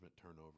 turnover